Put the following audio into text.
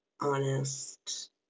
honest